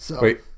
Wait